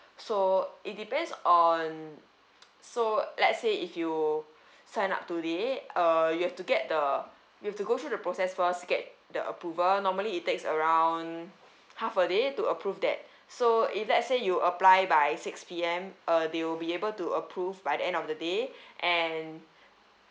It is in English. so it depends on so let's say if you sign up today uh you have to get the you have to go through the process first get the approval normally it takes around half a day to approve that so if let's say you apply by six P_M uh they'll be able to approve by the end of the day and